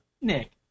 Nick